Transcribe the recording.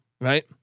right